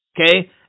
okay